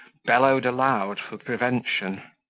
bellowed aloud for prevention.